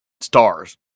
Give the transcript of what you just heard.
stars